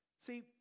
See